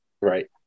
Right